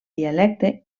dialecte